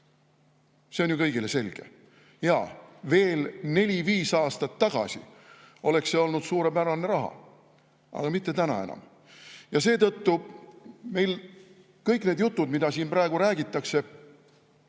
See on ju kõigile selge. Veel neli kuni viis aastat tagasi oleks see olnud suurepärane raha, aga mitte enam täna. Seetõttu kõik need jutud, mida siin praegu räägitakse,